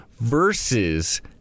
versus